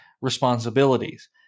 responsibilities